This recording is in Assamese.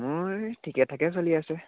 মোৰ ঠিকে থাকে চলি আছে